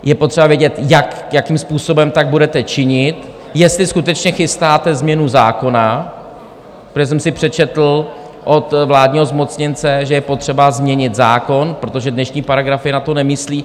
Je potřeba vědět, jakým způsobem tak budete činit, jestli skutečně chystáte změnu zákona, protože jsem si přečetl od vládního zmocněnce, že je potřeba změnit zákon, protože dnešní paragrafy na to nemyslí.